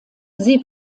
sie